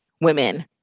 women